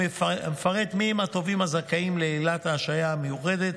המפרט מיהם התובעים הזכאים לעילת ההשעיה המיוחדת,